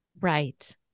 Right